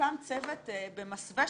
צוות במסווה